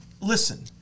listen